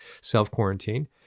self-quarantine